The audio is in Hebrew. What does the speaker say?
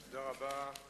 תודה רבה.